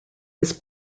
was